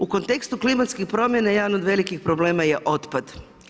U kontekstu klimatske promjene, jedan od velikih problema je otpad.